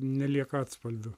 nelieka atspalvių